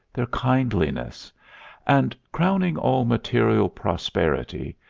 their kindliness and, crowning all material prosperity,